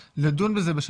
צריך למצוא לזה מקור מאזן.